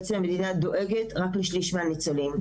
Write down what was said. בעצם המדינה דואגת רק לשליש מהניצולים,